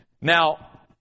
Now